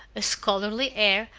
a scholarly air,